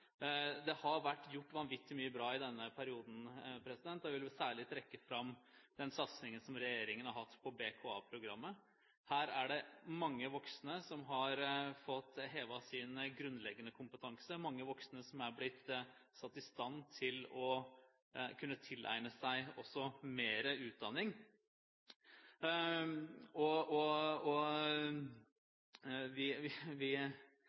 Det har vært gjort vanvittig mye bra i denne perioden. Jeg vil særlig trekke fram den satsingen som regjeringen har hatt på BKA-programmet. Her er det mange voksne som har fått hevet sin grunnleggende kompetanse, mange voksne som er blitt satt i stand til å kunne tilegne seg mer utdanning.